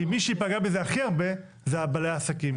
כי מי שיפגע מזה הכי הרבה זה בעלי העסקים.